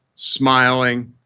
smiling,